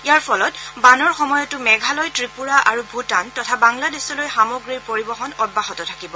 ইয়াৰ ফলত বানৰ সময়তো মেঘালয় ত্ৰিপুৰা আৰু ভূটান তথা বাংলাদেশলৈ সামগ্ৰীৰ পৰিবহন অব্যাহত থাকিব